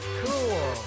cool